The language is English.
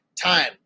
time